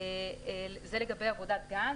זה לגבי עבודת גז.